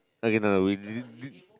okay no we de~ de~